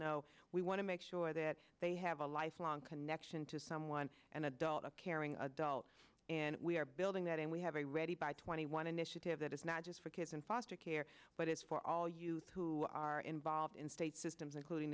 know we want to make sure that they have a lifelong connection to someone an adult a caring adult and we are building that and we have a ready by twenty one initiative that is not just for kids in foster care but it's for all youth who are involved in state systems including